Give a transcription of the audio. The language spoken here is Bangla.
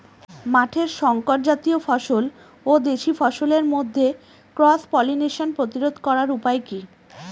মাঠের শংকর জাতীয় ফসল ও দেশি ফসলের মধ্যে ক্রস পলিনেশন প্রতিরোধ করার উপায় কি?